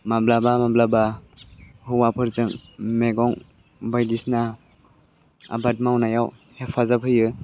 माब्लाबा माब्लाबा हौवाफोरजों मैगं बायदिसिना आबाद मावनायाव हेफाजाब होयो